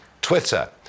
Twitter